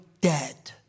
dead